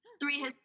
three